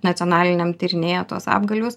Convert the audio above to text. nacionaliniam tyrinėja tuos apgalvius